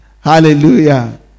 hallelujah